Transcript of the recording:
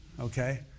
Okay